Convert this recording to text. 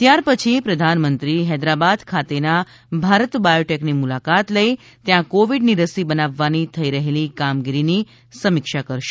ત્યારપછી પ્રધાનમંત્રી હૈદરાબાદ ખાતેના ભારત બાયોટેકની મુલાકાત લઈ ત્યા કોવિડની રસી બનાવવાની થઈ રહેલી કામગીરીની સમીક્ષા કરશે